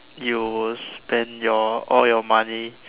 you will spend your all your money